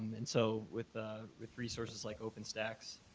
and so with ah with resources like openstacks,